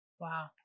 wow